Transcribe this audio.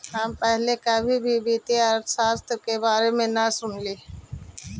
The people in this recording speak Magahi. हम पहले कभी भी वित्तीय अर्थशास्त्र के बारे में न सुनली